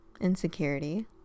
insecurity